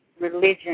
religion